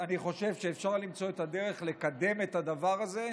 אני חושב שאפשר למצוא את הדרך לקדם את הדבר הזה,